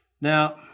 Now